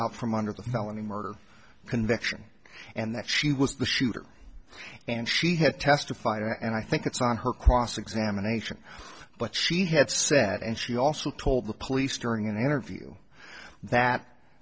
out from under the felony murder conviction and that she was the shooter and she had testified and i think it's on her cross examination but she had said and she also told the police during an interview that